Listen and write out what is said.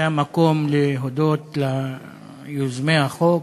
זה המקום להודות ליוזמי החוק,